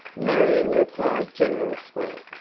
marion replied generously,